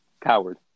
coward